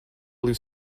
blue